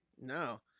No